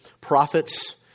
prophets